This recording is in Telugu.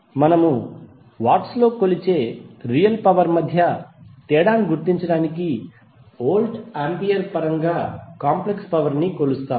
మనము వాట్స్ లో కొలిచే రియల్ పవర్ మధ్య తేడాను గుర్తించడానికి వోల్ట్ ఆంపియర్ పరంగా కాంప్లెక్స్ పవర్ ని కొలుస్తాము